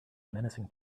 menacing